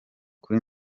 kuri